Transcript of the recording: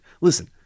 Listen